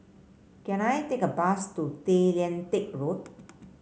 can I take a bus to Tay Lian Teck Road